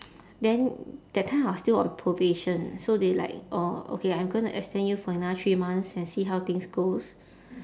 then that time I was still on probation so they like orh okay I'm gonna extend you for another three months and see how things goes